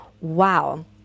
wow